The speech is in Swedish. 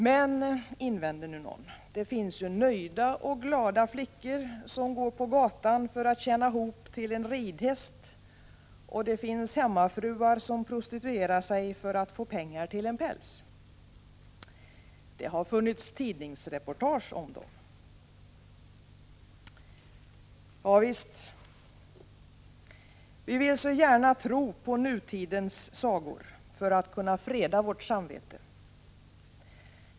Men, invänder någon, det finns ju nöjda och glada flickor som går på gatan för att tjäna ihop till en ridhäst, och det finns hemmafruar som prostituerar 59 sig för att få pengar till en päls. Det har funnits tidningsreportage om dem. Ja visst, vi vill så gärna tro på nutidens sagor för att kunna freda vårt samvete.